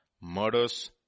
murders